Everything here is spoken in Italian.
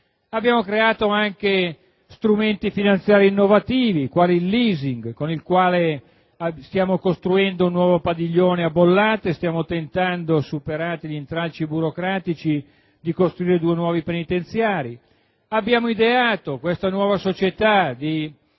Abbiamo creato anche strumenti finanziari innovativi, quali il*leasing*, con il quale stiamo costruendo un nuovo padiglione a Bollate, e stiamo tentando, superati gli intralci burocratici, di costruire due nuovi penitenziari. Abbiamo ideato una nuova società di